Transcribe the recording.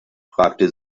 fragte